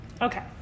Okay